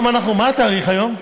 מה התאריך היום?